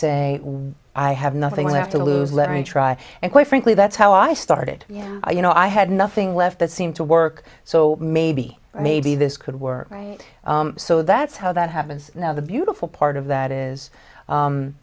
say i have nothing left to lose let me try and quite frankly that's how i started yeah you know i had nothing left that seemed to work so maybe maybe this could work right so that's how that happens now the beautiful part of that is